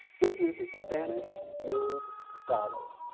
this is a spanish milled dollar,